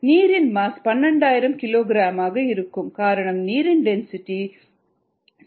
நீரின் மாஸ் 12000 கிலோகிராமாக இருக்கும் காரணம் நீரின் டென்சிட்டி சி